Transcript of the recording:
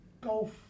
Golf